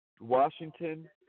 Washington